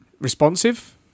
responsive